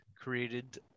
created